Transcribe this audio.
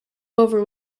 over